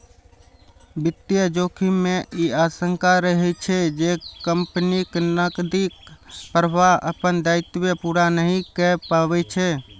वित्तीय जोखिम मे ई आशंका रहै छै, जे कंपनीक नकदीक प्रवाह अपन दायित्व पूरा नहि कए पबै छै